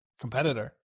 competitor